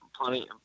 plenty